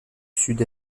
sud